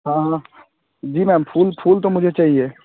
हाँ हाँ जी मैम फूल फूल तो मुझे चाहिए